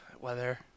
weather